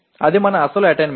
అది మన అసలు అటైన్మెంట్